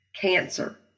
cancer